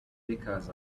bakers